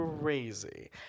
crazy